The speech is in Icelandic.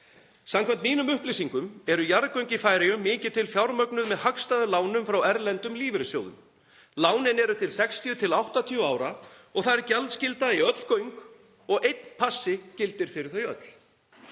Samkvæmt mínum upplýsingum eru jarðgöng í Færeyjum mikið til fjármögnuð með hagstæðum lánum frá erlendum lífeyrissjóðum. Lánin eru til 60–80 ára og það er gjaldskylda í öll göng og einn passi gildir fyrir þau öll.